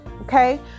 okay